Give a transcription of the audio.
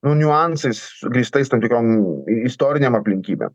nu niuansais su grįstais tam tikrom istorinėm aplinkybėm